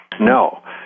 No